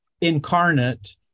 incarnate